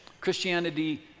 Christianity